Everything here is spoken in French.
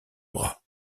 bras